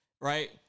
right